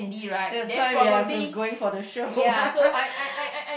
that's why we are going for the show